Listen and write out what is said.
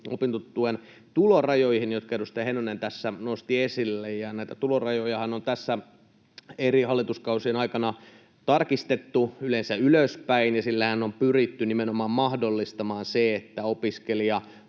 opintotuen tulorajoihin, jotka edustaja Heinonen tässä nosti esille. Näitä tulorajojahan on tässä eri hallituskausien aikana tarkistettu yleensä ylöspäin, ja sillähän on pyritty nimenomaan mahdollistamaan se, että opiskelija